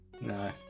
No